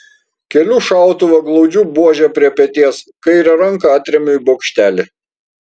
keliu šautuvą glaudžiu buožę prie peties kairę ranką atremiu į bokštelį